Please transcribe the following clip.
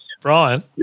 Brian